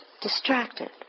distracted